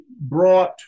brought